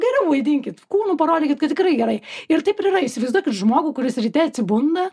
geriau vaidinkit kūnu parodykit kad tikrai gerai ir taip ir yra įsivaizduokit žmogų kuris ryte atsibunda